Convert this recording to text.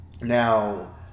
now